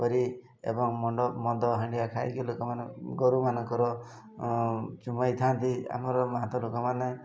କରି ଏବଂ ମଣ୍ଡ ମଦ ହାଣ୍ଡିଆ ଖାଇକି ଲୋକମାନେ ଗୋରୁମାନଙ୍କର ଚୁମାଇଥାନ୍ତି ଆମର ମାତା ଲୋକମାନେ